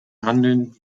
handeln